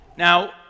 Now